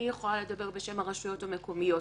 אני יכולה לדבר בשם הרשויות המקומיות.